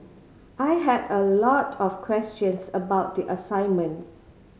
I had a lot of questions about the assignments